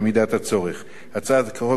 הצעת החוק מוגשת ללא הסתייגויות,